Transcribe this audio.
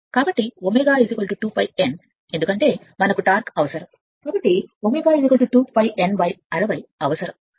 కాబట్టిω 2 pi n ఎందుకంటే మనకు torque అవసరం కాబట్టి ω మాకు 2 pi n 60 అవసరం